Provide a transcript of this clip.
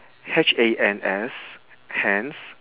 H A N S hans